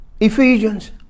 Ephesians